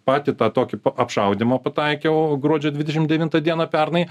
patį tą tokį po apšaudymo pataikiau gruodžio dvidešimt devintą dieną pernai